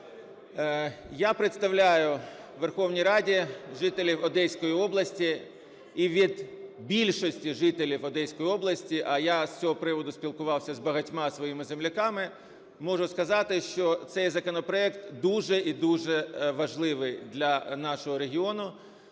Я представляю в Верховній Раді жителів Одеської області, і від більшості жителів Одеської області, а я з цього приводу спілкувався з багатьма своїми земляками, можу сказати, що цей законопроект дуже і дуже важливий для нашого регіону.